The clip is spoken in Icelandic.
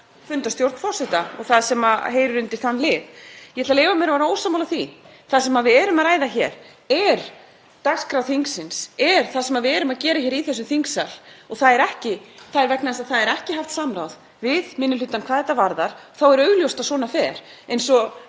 fundarstjórn forseta og það sem heyrir undir þann lið. Ég ætla að leyfa mér að vera ósammála því. Það sem við erum að ræða hér er dagskrá þingsins, það sem við erum að gera hér í þessum þingsal. Vegna þess að það er ekki haft samráð við minni hlutann hvað þetta varðar er augljóst að svona fer. Eins og